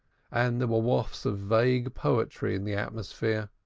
and there were wafts of vague poetry in the atmosphere.